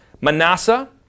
Manasseh